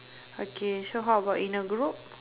okay so how about in a group